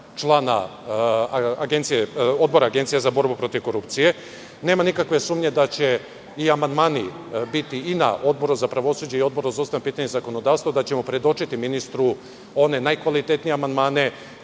člana Odbora Agencije za borbu protiv korupcije. Nema nikakve sumnje da će i amandmani biti i na Odboru za pravosuđe i na Odboru za ustavna pitanja i za zakonodavstvo, da ćemo predočiti ministru one najkvalitetnije amandmane,